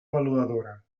avaluadora